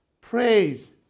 Praise